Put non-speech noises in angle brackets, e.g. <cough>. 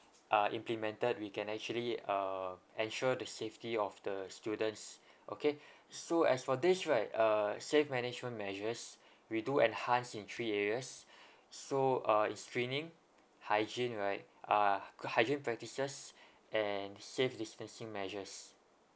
ah implemented we can actually uh ensure the safety of the students okay <breath> so as for this right uh safe management measures we do enhance in three areas <breath> so uh it's screening hygiene right ah good hygiene practices <breath> and safe distancing measures